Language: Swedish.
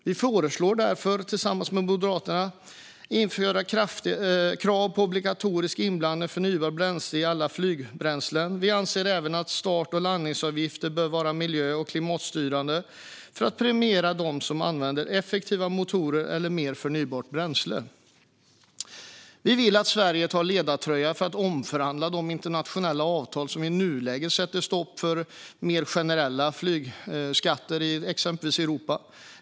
Vi föreslår därför, tillsammans med Moderaterna, att det införs krav på obligatorisk inblandning av förnybart bränsle i alla flygbränslen. Vi anser även att start och landningsavgifterna bör vara miljö och klimatstyrande för att premiera dem som använder effektiva motorer eller mer förnybart bränsle. Vi vill att Sverige tar ledartröjan för att omförhandla de internationella avtal som i nuläget sätter stopp för mer generella flygskatter i exempelvis Europa.